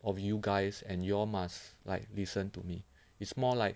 of you guys and you all must like listen to me it's more like